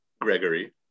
gregory